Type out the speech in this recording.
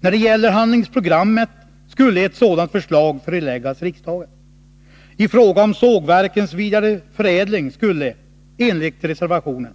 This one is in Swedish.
När det gäller handlingsprogrammet skulle ett förslag föreläggas riksdagen. I fråga om sågverkens vidareförädling skulle, enligt reservationen,